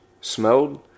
smelled